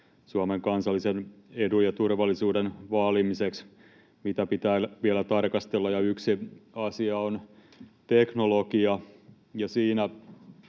Suomen kansallisen edun ja turvallisuuden vaalimiseksi on myös paljon muita, joita pitää vielä tarkastella, ja yksi asia on teknologia.